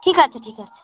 ঠিক আছে ঠিক আছে